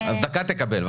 אז דקה תקבל.